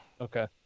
Okay